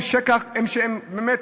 הם חלק